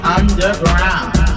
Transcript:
underground